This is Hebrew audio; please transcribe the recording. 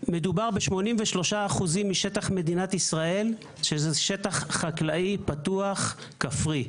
83% משטח מדינת ישראל זה שטח חקלאי, פתוח, כפרי.